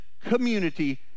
community